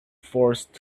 forced